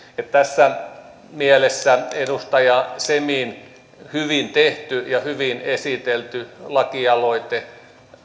mielessä tässä mielessä edustaja semin hyvin tehty ja hyvin esitelty lakialoite